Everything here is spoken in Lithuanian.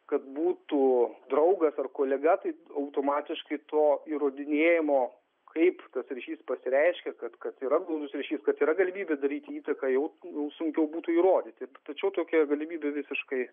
kad būtų draugas ar kolega tai automatiškai to įrodinėjimo kaip tas ryšys pasireiškia kad kad yra glaudus ryšys kad yra galimybė daryti įtaką jau jau sunkiau būtų įrodyti tačiau tokia galimybė visiškai